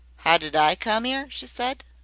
ow did i come ere? she said.